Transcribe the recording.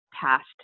past